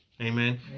amen